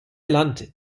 land